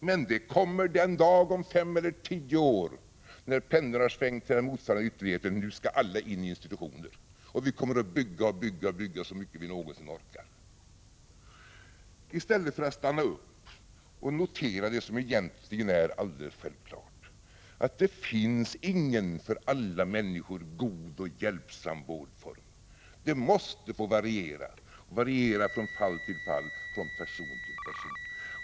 Men detta kommer en dag om fem eller tio år, när pendeln har svängt till den motsatta ytterligheten: Nu skall alla in på institutioner. Vi kommer att bygga och bygga så mycket vi någonsin orkar. Så kommer vi att göra, i stället för att stanna upp och notera det som egentligen är alldeles självklart: Det finns ingen för alla människor god och hjälpsam vårdform. Vården måste få variera från fall till fall, från person till person.